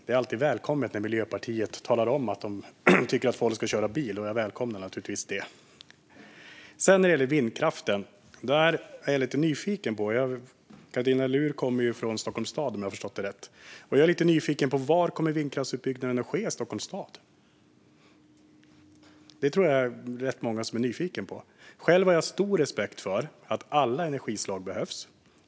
Det är alltid välkommet när Miljöpartiet talar om att de tycker att folk ska köra bil. Jag välkomnar naturligtvis det. När det gäller vindkraften är jag lite nyfiken. Katarina Luhr kommer från Stockholms stad, om jag har förstått saken rätt. Jag är lite nyfiken på var vindkraftsutbyggnaden kommer att ske i Stockholms stad. Det tror jag att det är rätt många som är nyfikna på. Själv har jag stor respekt för det faktum att alla energislag behövs.